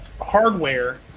hardware